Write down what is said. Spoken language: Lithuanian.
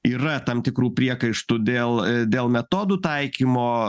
yra tam tikrų priekaištų dėl dėl metodų taikymo